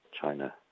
China